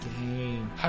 game